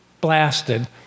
blasted